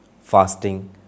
fasting